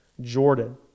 Jordan